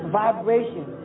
vibration